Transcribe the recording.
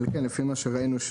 לפי מה שראינו,